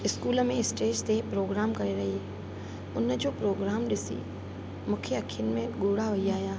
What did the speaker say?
school में stage ते programme करे रही हुनजो प्रोग्राम ॾिसी मूंखे अखियुनि में ॻोढ़ा थी आहियां